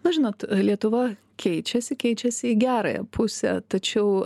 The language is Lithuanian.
na žinot lietuva keičiasi keičiasi į gerąją pusę tačiau